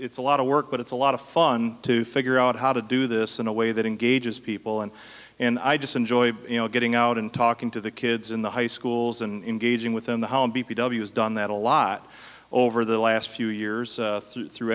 it's a lot of work but it's a lot of fun to figure out how to do this in a way that engages people and and i just enjoy you know getting out and talking to the kids in the high schools in gauging within the how b p w has done that a lot over the last few years through through